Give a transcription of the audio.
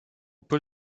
paul